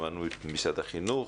שמענו את משרד החינוך.